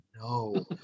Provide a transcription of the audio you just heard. No